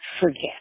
forget